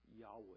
Yahweh